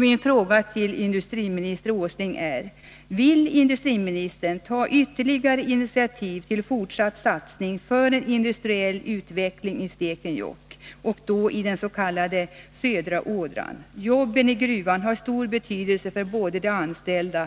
Min fråga till industriminister Åsling är: Vill industriministern ta ytterligare initiativ till fortsatt satsning för en industriell utveckling i Stekenjokk, och då i den s.k. södra ådran? Jobben i gruvan har stor betydelse både för de anställda